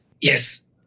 Yes